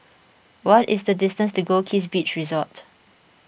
what is the distance to Goldkist Beach Resort